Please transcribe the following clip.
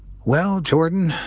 well, jordan,